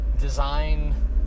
design